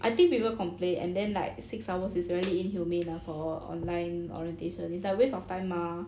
I think people complain and then like six hours is really inhumane lah for online orientation is like waste of time mah